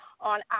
on